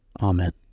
amen